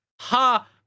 ha